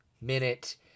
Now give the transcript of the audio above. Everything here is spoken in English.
minute